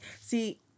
See